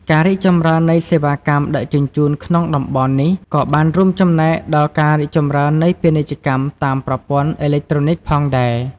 ការរីកចម្រើននៃសេវាកម្មដឹកជញ្ជូនក្នុងតំបន់នេះក៏បានរួមចំណែកដល់ការរីកចម្រើននៃពាណិជ្ជកម្មតាមប្រព័ន្ធអេឡិចត្រូនិកផងដែរ។